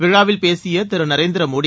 விழாவில் பேசிய திரு நரேந்திர மோடி